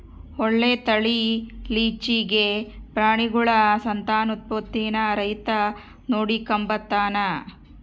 ಒಳ್ಳೆ ತಳೀಲಿಚ್ಚೆಗೆ ಪ್ರಾಣಿಗುಳ ಸಂತಾನೋತ್ಪತ್ತೀನ ರೈತ ನೋಡಿಕಂಬತಾನ